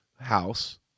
house